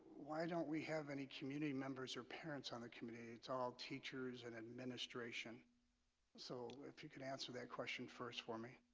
why don't we have any community members or parents on the community? it's all teachers and administration so if you could answer that question first for me,